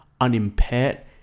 unimpaired